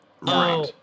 Right